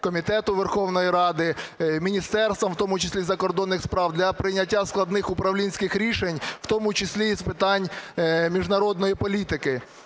комітету Верховної Ради, міністерствам, в тому числі закордонних справ, для прийняття складних управлінських рішень, в тому числі і з питань міжнародної політики.